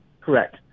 Correct